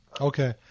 Okay